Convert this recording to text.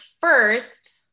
first